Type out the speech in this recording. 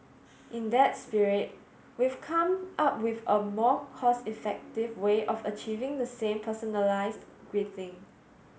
in that spirit we've come up with a more cost effective way of achieving the same personalised greeting